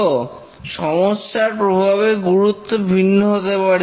তো সমস্যার প্রভাবের গুরুত্ব ভিন্ন হতে পারে